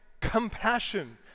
compassion